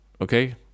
Okay